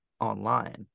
online